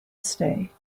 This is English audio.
stay